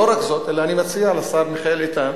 לא רק זאת, אלא אני מציע לשר מיכאל איתן